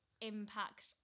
impact